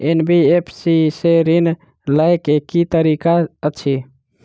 NBFC सँ ऋण लय केँ की तरीका अछि?